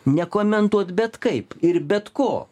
nekomentuot bet kaip ir bet ko